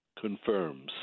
confirms—